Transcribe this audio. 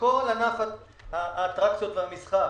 לכל ענף האטרקציות והמסחר.